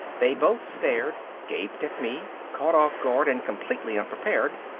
they both stared, gaped at me, caught off guard and completely unprepared.